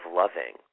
loving